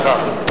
לא נתקבלה.